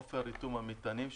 אופי ריתום המטענים,